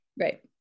Right